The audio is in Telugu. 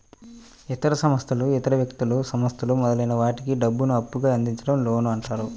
ఇతర సంస్థలు ఇతర వ్యక్తులు, సంస్థలు మొదలైన వాటికి డబ్బును అప్పుగా అందించడం లోన్ అంటారు